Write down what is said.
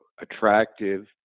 attractive